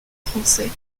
français